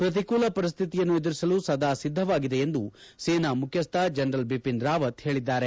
ಪ್ರತೀಕೂಲ ಪರಿಸ್ಥಿತಿಯನ್ನು ಎದುರಿಸಲು ಸದಾ ಸಿದ್ದವಾಗಿದೆ ಎಂದು ಸೇನಾ ಮುಖ್ಯಸ್ಥ ಜನರಲ್ ಬಿಪಿನ್ ರಾವತ್ ಹೇಳಿದ್ದಾರೆ